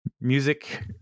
music